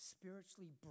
spiritually